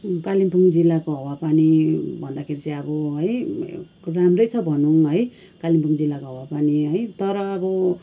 कालिम्पोङ जिल्लाको हावापानी भन्दाखेरि चाहिँ अब है राम्रै छ भनौँ है कालिम्पोङ जिल्लाको हावापानी है तर अब